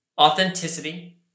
Authenticity